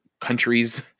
countries